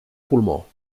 pulmó